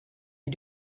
you